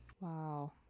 Wow